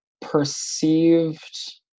perceived